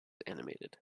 animated